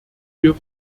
wir